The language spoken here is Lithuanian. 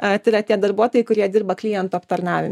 a tai yra tie darbuotojai kurie dirba klientų aptarnavime